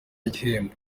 igihembo